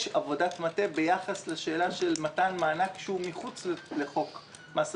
יש עבודת מטה ביחס לשאלה של מתן מענק שהוא מחוץ לחוק מס רכוש,